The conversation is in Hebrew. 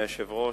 אדוני היושב-ראש,